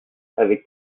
avec